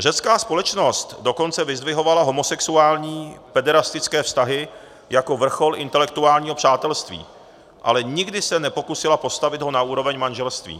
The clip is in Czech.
Řecká společnost dokonce vyzdvihovala homosexuální pederastické vztahy jako vrchol intelektuálního přátelství, ale nikdy se ho nepokusila postavit na úroveň manželství.